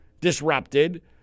disrupted